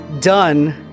done